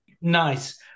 Nice